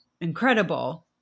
incredible